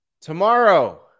Tomorrow